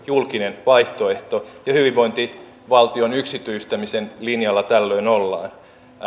julkinen vaihtoehto ja hyvinvointivaltion yksityistämisen linjalla tällöin ollaan